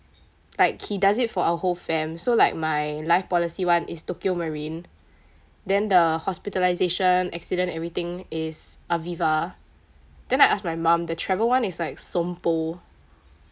like he does it for our whole fam so like my life policy [one] is tokio marine then the hospitalisation accident everything is aviva then I ask my mum the travel [one] is like sompo